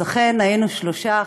אז אכן היינו שלושה,